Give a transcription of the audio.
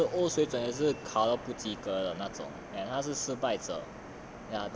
ya 所以他是 O 水准也是考到不及格的那种 and 他是失败者